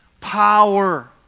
power